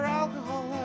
alcohol